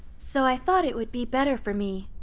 so i thought it would be better for me